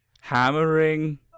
Hammering